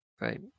right